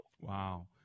Wow